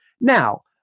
Now